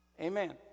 Amen